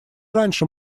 раньше